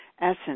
essence